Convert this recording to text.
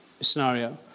scenario